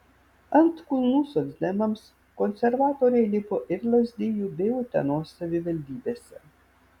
ant kulnų socdemams konservatoriai lipo ir lazdijų bei utenos savivaldybėse